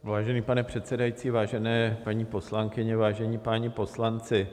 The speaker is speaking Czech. Vážený pane předsedající, vážené paní poslankyně, vážení páni poslanci.